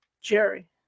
Jerry